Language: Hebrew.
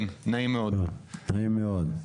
נעים מאוד.